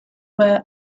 were